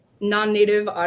non-native